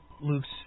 Luke's